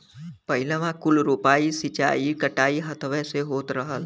पहिलवाँ कुल रोपाइ, सींचाई, कटाई हथवे से होत रहल